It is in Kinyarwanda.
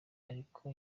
ariko